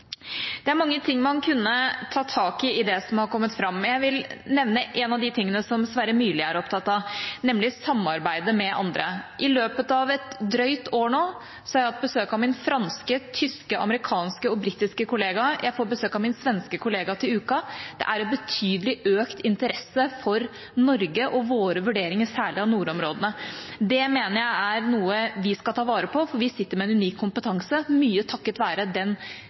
Det er mange ting man kunne tatt tak i i det som er kommet fram. Jeg vil nevne en av de tingene som representanten Sverre Myrli er opptatt av, nemlig samarbeidet med andre. I løpet av et drøyt år nå har jeg hatt besøk at min franske, tyske, amerikanske og britiske kollega. Jeg får besøk av min svenske kollega til uka. Det er en betydelig økt interesse for Norge og våre vurderinger, særlig av nordområdene. Det mener jeg er noe vi skal ta vare på, for vi sitter med en unik kompetanse, mye takket være den